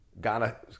Ghana